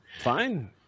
fine